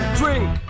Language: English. drink